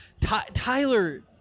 Tyler